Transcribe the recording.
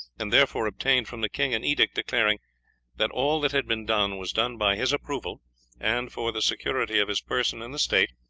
and therefore obtained from the king an edict declaring that all that had been done was done by his approval and for the security of his person and the state,